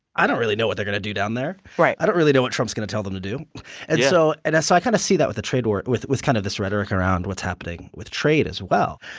i don't really know what they're going to do down there right i don't really know what trump's going to tell them to do yeah and so and i kind of see that with a trade war with with kind of this rhetoric around what's happening with trade, as well.